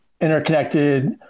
interconnected